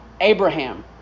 Abraham